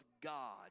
God